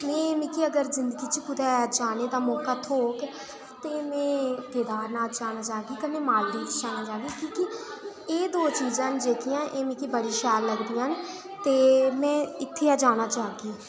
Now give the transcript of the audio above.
मिगी अगर जिंदगी च कुतै जाने दा मौका थ्होग ते में केदार नाथ जाना चाह्गी कन्नै मालदीब जाना चाहगी कि'यां कि एह् दौं चीज़ां न जेकियां एह् मिगी बड़ी शैल लगदियां न ते में इत्थै गै जाना चाहगी